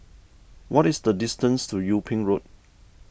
what is the distance to Yung Ping Road